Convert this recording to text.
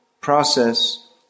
process